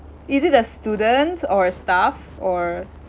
is it a student or a staff or